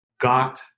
got